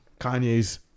Kanye's